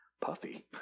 puffy